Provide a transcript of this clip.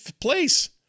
place